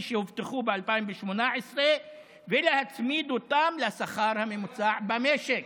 שהובטחו ב-2018 ולהצמיד אותן לשכר הממוצע במשק.